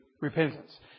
repentance